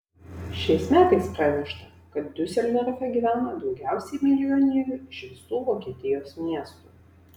šiais metais pranešta kad diuseldorfe gyvena daugiausiai milijonierių iš visų vokietijos miestų